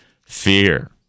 fear